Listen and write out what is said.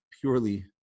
purely